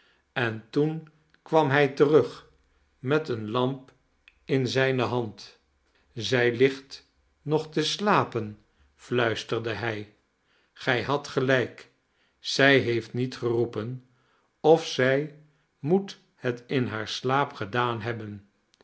en toen kwam hij terug met eene lamp in zijne hand zij ligt nog te slapen fluisterde hij gij hadt gelijk zij heeft niet geroepen of zij moet het in haar slaap gedaan hebben